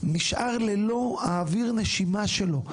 שנשאר ללא האויר לנשימה שלו לזמן קצוב.